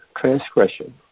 transgression